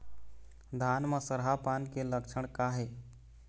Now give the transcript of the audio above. धान म सरहा पान के लक्षण का हे?